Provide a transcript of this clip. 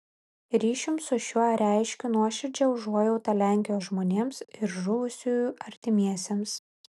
ryšium su šiuo reiškiu nuoširdžią užuojautą lenkijos žmonėms ir žuvusiųjų artimiesiems